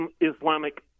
Islamic